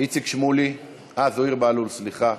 איציק שמולי, אה, זוהיר בהלול, סליחה.